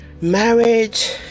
marriage